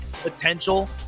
potential